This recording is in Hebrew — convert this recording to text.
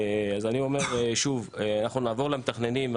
אנחנו נעבור למתכננים.